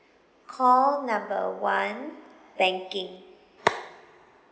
call number one banking